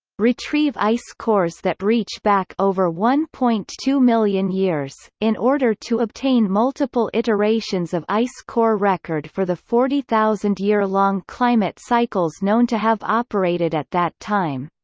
retrieve ice cores that reach back over one point two million years, in order to obtain multiple iterations of ice core record for the forty thousand year long climate cycles known to have operated at that time.